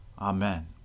Amen